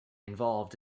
involved